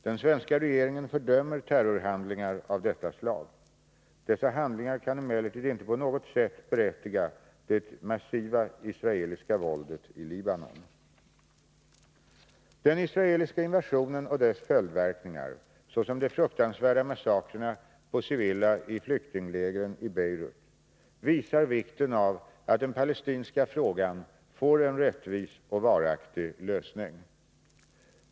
Den svenska regeringen fördömer terrorhandlingar av detta slag. Dessa handlingar kan emellertid inte på något sätt berättiga det massiva israeliska våldet i Libanon. Den israeliska invasionen och dess följdverkningar — såsom de fruktansvärda massakrerna på civila i flyktinglägren i Beirut — visar vikten av att den palestinska frågan får en rättvis och varaktig lösning.